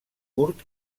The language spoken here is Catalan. curt